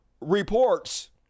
reports